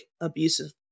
abusive